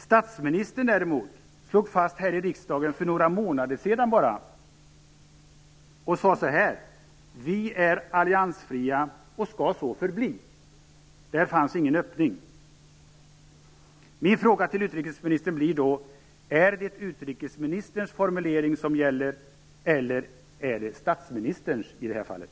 Statsministern däremot slog fast här i kammaren för bara några månader sedan: "Vi är alliansfria och skall så förbli." Där fanns ingen öppning. Min fråga till utrikesministern blir då: Är det utrikesministerns formuleringar som gäller eller är det statsministerns i det här fallet?